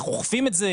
איך אוכפים את זה,